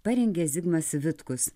parengė zigmas vitkus